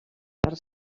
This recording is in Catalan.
per